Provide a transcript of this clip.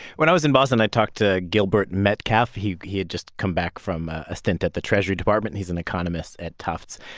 when i was in boston, i talked to gilbert metcalf. he he had just come back from a stint at the treasury department. he's an economist at tufts.